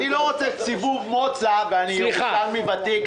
אני ירושלמי ותיק.